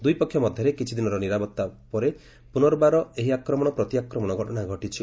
ଦୁଇ ପକ୍ଷ ମଧ୍ୟରେ କିଛି ଦିନର ନିରବତା ପରେ ପୁନର୍ବାର ଏହି ଆକ୍ରମଣ ପ୍ରତିଆକ୍ରମଣ ଘଟଣା ଘଟିଛି